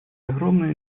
огромный